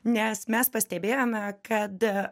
nes mes pastebėjome kad